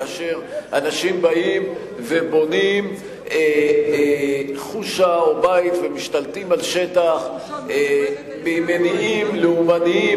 כאשר אנשים באים ובונים חושה או בית ומשתלטים על שטח ממניעים לאומניים,